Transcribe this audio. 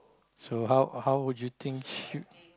so how how would you think